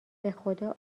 بخدا